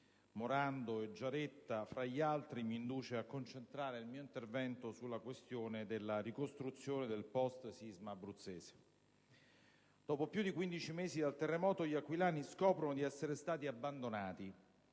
Morando e Giaretta, fra gli altri, mi induce a concentrare il mio intervento sulla questione della ricostruzione del *post* sisma abruzzese. Dopo più di 15 mesi dal terremoto gli aquilani scoprono di essere stati abbandonati: